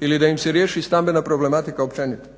ili da im se riješi stambena problematika općenito,